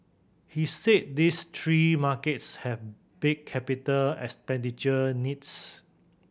he said these three markets have big capital expenditure needs